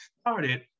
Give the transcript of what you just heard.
started